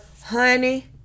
honey